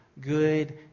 good